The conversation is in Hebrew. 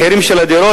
המחירים של הדירות,